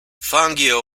fangio